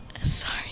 Sorry